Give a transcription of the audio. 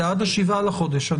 זה עד ה-7 בחודש.